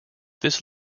this